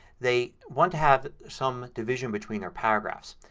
they want to have some division between their paragraphs.